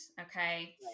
Okay